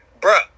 bruh